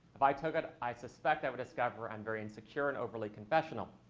if i took it, i suspect i would discover i'm very insecure and overly confessional.